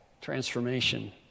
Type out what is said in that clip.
Transformation